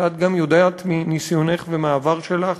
שאת גם יודעת מניסיונך ומהעבר שלך